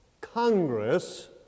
Congress